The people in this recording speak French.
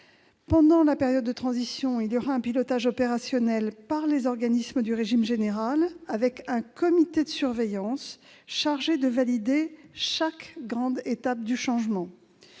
Pendant la période de transition, le pilotage opérationnel sera assuré par les organismes du régime général, avec un comité de surveillance chargé de valider chaque grande étape du changement.